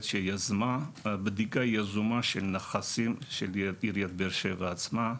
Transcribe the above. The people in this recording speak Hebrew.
שיזמה בדיקה יזומה של נכסים של עיריית באר שבע עצמה.